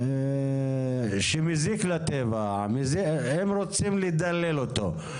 שמזיק לטבע, הם רוצים לדלל אותו.